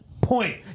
point